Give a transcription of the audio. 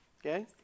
Okay